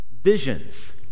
visions